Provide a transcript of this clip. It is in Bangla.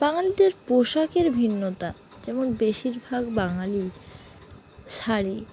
বাঙালিদের পোশাকের ভিন্নতা যেমন বেশিরভাগ বাঙালি শাড়ি